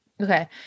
okay